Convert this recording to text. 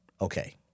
okay